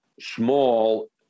small